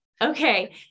Okay